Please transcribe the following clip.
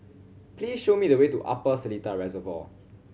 please show me the way to Upper Seletar Reservoir